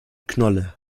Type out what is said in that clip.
knolle